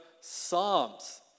Psalms